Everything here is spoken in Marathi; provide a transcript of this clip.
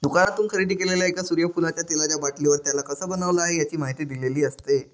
दुकानातून खरेदी केलेल्या एका सूर्यफुलाच्या तेलाचा बाटलीवर, त्याला कसं बनवलं आहे, याची माहिती दिलेली असते